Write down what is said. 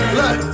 Look